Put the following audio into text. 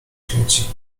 śmieci